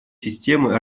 системы